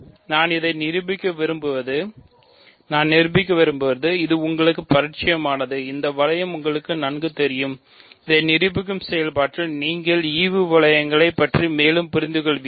நான் நிரூபிக்க விரும்புவது இது உங்களுக்கு பரிச்சயமானது இந்த வளையம் உங்களுக்கு நன்கு தெரியும் இதை நிரூபிக்கும் செயல்பாட்டில் நீங்கள் ஈவு வளையங்களைப் பற்றி மேலும் புரிந்துகொள்வீர்கள்